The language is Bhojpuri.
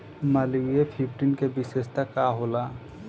मालवीय फिफ्टीन के विशेषता का होला?